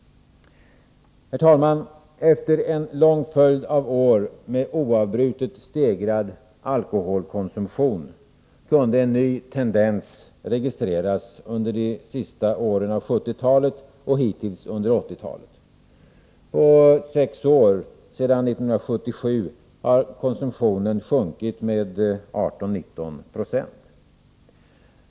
Herr talman! Efter en lång följd av år med oavbrutet stegrad alkoholkonsumtion kunde en ny tendens registreras under de sista åren av 1970-talet och hittills under 1980-talet. På sex år — sedan 1977 — har konsumtionen sjunkit med 18-19 92.